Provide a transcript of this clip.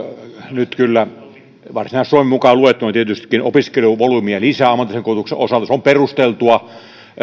nyt kyllä varsinais suomi mukaan luettuna tietystikin opiskeluvolyymiä lisää ammatillisen koulutuksen osalta se on perusteltua